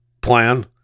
plan